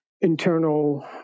internal